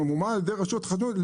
שממומן על ידי הרשות לחדשנות,